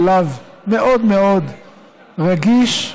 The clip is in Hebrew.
שלב מאוד מאוד רגיש,